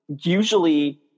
usually